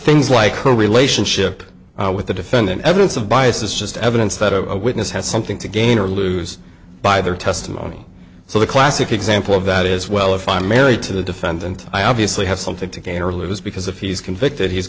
things like her relationship with the defendant evidence of bias is just evidence that a witness has something to gain or lose by their testimony so the classic example of that is well if i'm married to the defendant i obviously have something to gain or lose because if he's convicted he